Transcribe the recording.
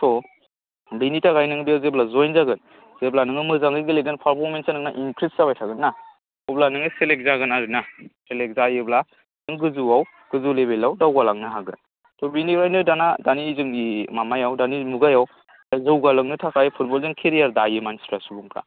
स' बिनि थाखाय नों जेब्ला ज'येन जागोन जेब्ला नों मोजाङै गेलेगोन पारफ'मेनसा नोंना इनक्रिस जाबाय थागोन ना अब्ला नोङो सिलेक्त जागोन आरो ना सिलेक्त जायोब्ला नों गोजौआव गोजौ लेबेलाव दावगालांनो हागोन स' बिनिखायनो दाना दानि जोंनि माबा माबायाव दानि मुगायाव जौगालांनो थाखाय फुटबलजों केरियार दायो मानसिफ्रा सुबुंफ्रा